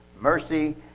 mercy